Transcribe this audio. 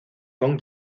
con